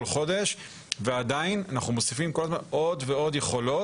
חודש ועדיין אנחנו מוסיפים כל הזמן עוד ועוד יכולות